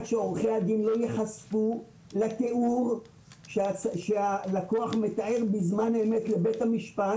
שעורכי הדין לא ייחשפו לתיאור שהלקוח מתאר בזמן אמת לבית המשפט